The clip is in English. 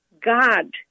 God